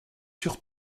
sur